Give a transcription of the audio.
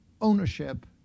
ownership